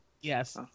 Yes